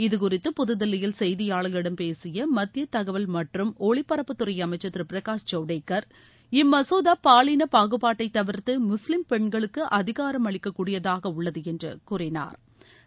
இது குறித்து புதுதில்லியில் செய்தியாளர்களிடம் பேசிய மத்திய தகவல் மற்றும் ஒலிபரப்புத்துறை அமைச்சர் திரு பிரகாஷ் ஜவடேகர் இம் மசோதா பாலின பாகுபாட்டை தவிர்த்து முஸ்லீம் பெண்களுக்கு அதிகாரம் அளிக்கக் கூடியதாக உள்ளது என்று கூறினாா்